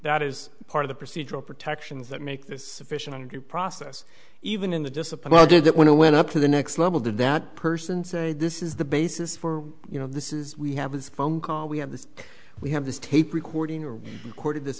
that is part of the procedural protections that make this sufficient process even in the discipline i did that when i went up to the next level did that person say this is the basis for you know this is we have this phone call we have this we have this tape recording a court of this